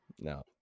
No